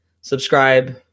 subscribe